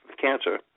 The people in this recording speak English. cancer